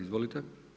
Izvolite.